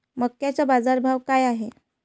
मक्याचा बाजारभाव काय हाय?